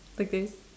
back then